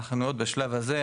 אנחנו עוד בשלב הזה,